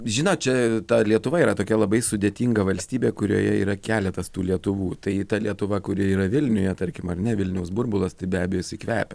žinot čia ta lietuva yra tokia labai sudėtinga valstybė kurioje yra keletas tų lietuvų tai ta lietuva kuri yra vilniuje tarkim ar ne vilniaus burbulas tai be abejo jisai kvepia